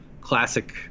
classic